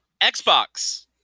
Xbox